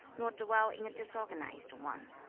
nor dwell in a disorganized one.